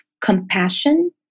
compassion